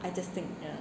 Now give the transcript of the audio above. adjusting